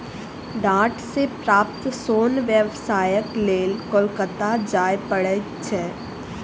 डांट सॅ प्राप्त सोन व्यवसायक लेल कोलकाता जाय पड़ैत छै